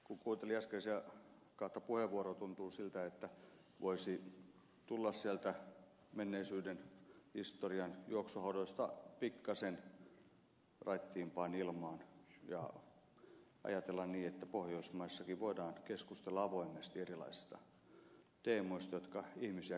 kun kuuntelin äskeisiä kahta puheenvuoroa tuntuu siltä että voisi tulla sieltä menneisyyden historian juoksuhaudoista pikkasen raittiimpaan ilmaan ja ajatella niin että pohjoismaissakin voidaan keskustella avoimesti erilaisista teemoista jotka ihmisiä kiinnostavat